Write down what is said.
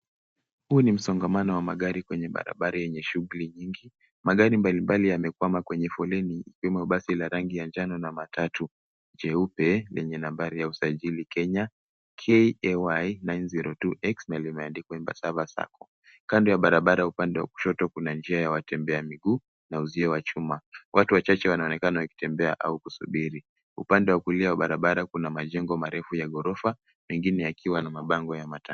Huu ni msongamano wa magari kwenye barabara yenye shughuli nyingi. Magari mbalimbali yamekwama kwenye foleni ikiwemo basi la rangi ya njano na matatu jeupe lenye nambari ya usajili ya Kenya KAY 902X na limeandikwa masaba sacco. Kando ya barabara upande wa kushoto kuna njia ya watembea miguu na uzio wa chuma. Watu wachache wanaonekana wakitembea a kusubiri. Upande wa kulia wa barabara kuna majengo marefu ya ghorofa mengine yakiwa na mabango ya matangazo.